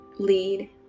lead